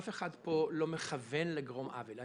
אף אחד פה לא מכוון לגרום עוול.